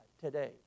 today